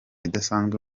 idasanzwe